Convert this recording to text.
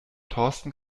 thorsten